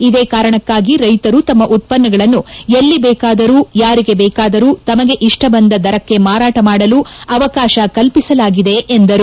ಇದೇ ಕಾರಣಕ್ಕಾಗಿ ರೈತರು ತಮ್ಮ ಉತ್ತನ್ನಗಳನ್ನು ಮಂಡಿ ಹೊರಗೆ ಎಲ್ಲಿ ಬೇಕಾದರೂ ಯಾರಿಗೆ ಬೇಕಾದರೂ ತಮಗೆ ಇಷ್ಟ ಬಂದ ದರಕ್ಕೆ ಮಾರಾಟ ಮಾಡಲು ಅವಕಾಶ ಕಲ್ಪಿಸಲಾಗಿದೆ ಎಂದರು